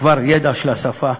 ידע של השפה,